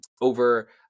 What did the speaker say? over